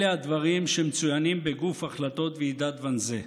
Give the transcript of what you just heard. אלה הדברים שמצוינים בגוף החלטות ועידת ואנזה.